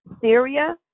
Syria